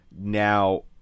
Now